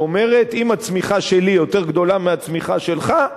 שאומרת: אם הצמיחה שלי יותר גדולה מהצמיחה שלך,